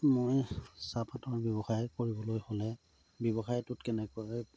মই চাহপাতৰ ব্যৱসায় কৰিবলৈ হ'লে ব্যৱসায়টোত কেনেকৈ